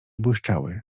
błyszczały